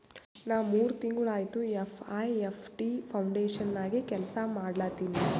ನಾ ಮೂರ್ ತಿಂಗುಳ ಆಯ್ತ ಎ.ಐ.ಎಫ್.ಟಿ ಫೌಂಡೇಶನ್ ನಾಗೆ ಕೆಲ್ಸಾ ಮಾಡ್ಲತಿನಿ